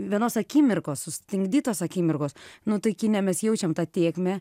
vienos akimirkos sustingdytos akimirkos nu tai kine mes jaučiam tą tėkmę